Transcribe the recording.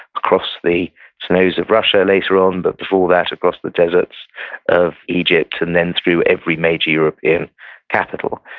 across the snows of russia later on, but before that across the deserts of egypt, and then through every major european capital.